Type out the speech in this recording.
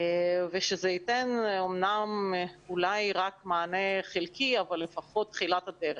זה ייתן אולי רק מענה חלקי אבל לפחות זאת תחילת הדרך.